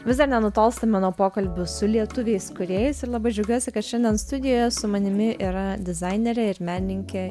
vis dar ne nutolstame nuo pokalbių su lietuviais kūrėjais ir labai džiaugiuosi kad šiandien studijoje su manimi yra dizainerė ir menininkė